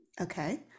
Okay